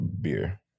beer